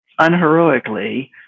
unheroically